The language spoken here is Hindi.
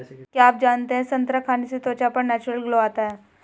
क्या आप जानते है संतरा खाने से त्वचा पर नेचुरल ग्लो आता है?